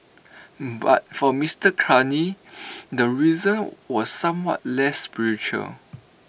but for Mister Carney the reason was somewhat less spiritual